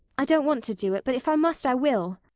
i don't want to do it but if i must i will.